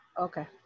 Okay